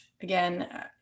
again